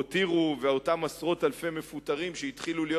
הותירו את אותם עשרות אלפי מפוטרים שהתחילו להיות